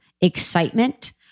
excitement